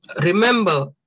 remember